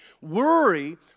Worry